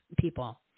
people